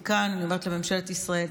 מכאן אני אומרת לממשלת ישראל,